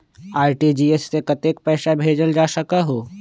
RTGS से कतेक पैसा भेजल जा सकहु???